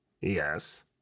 yes